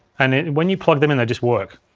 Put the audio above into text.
and when you plug them in, they just work.